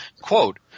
Quote